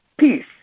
peace